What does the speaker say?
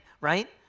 right